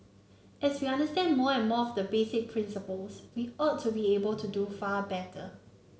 as we understand more and more of the basic principles we ought to be able to do far better